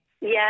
Yes